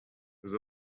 nous